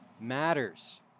matters